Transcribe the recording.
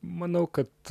manau kad